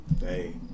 Hey